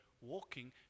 walking